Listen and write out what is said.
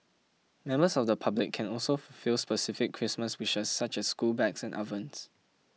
members of the public can also fulfil specific Christmas wishes such as school bags and ovens